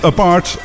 Apart